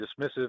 dismissive